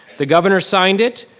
the governor signed it.